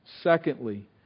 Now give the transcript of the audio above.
Secondly